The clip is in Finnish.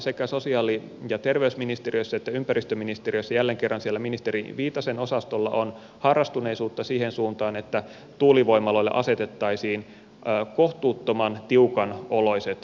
sekä sosiaali ja terveysministeriössä että ympäristöministeriössä on jälleen kerran siellä ministeri viitasen osastolla harrastuneisuutta siihen suuntaan että tuulivoimaloille asetettaisiin kohtuuttoman tiukanoloiset melurajat